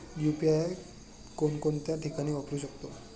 UPI कोणकोणत्या ठिकाणी वापरू शकतो?